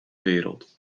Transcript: wereld